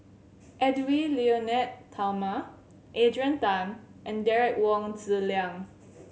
Edwy Lyonet Talma Adrian Tan and Derek Wong Zi Liang